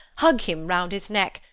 hug him round his neck,